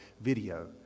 video